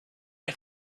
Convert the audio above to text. een